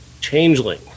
Changeling